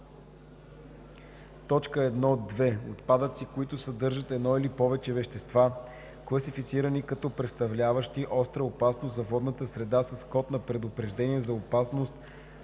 1.2. Отпадъци, които съдържат едно или повече вещества, класифицирани като представляващи остра опасност за водната среда с код на предупреждение за опасност